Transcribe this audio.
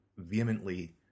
vehemently